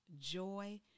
joy